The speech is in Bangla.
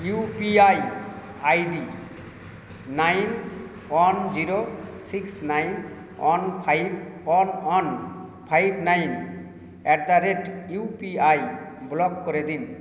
UPI ID nine one zero six nine one five one one five nine at the rate U P I block করে দিন